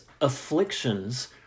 afflictions